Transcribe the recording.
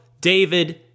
David